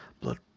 blood